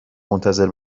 منتظر